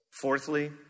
Fourthly